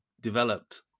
developed